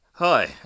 Hi